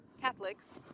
Catholics